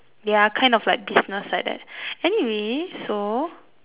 ya kind of like business like that anyway so